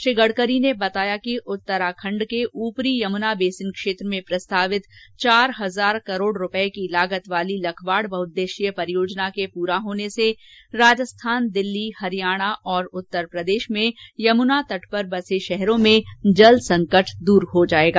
श्री गडकरी ने बताया कि उत्तराखंड के ऊपरी यमूना बेसिन क्षेत्र में प्रस्तावित चार हजार करोड़ रूपए की लागत वाली लखवाड़ बहुद्देशीय परियोजना के पूरा होने से राजस्थान दिल्ली हरियाणा और उत्तरप्रदेश में यमुना तट पर बसे शहरों में जल संकट दूर हो जाएगा